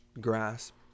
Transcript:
grasp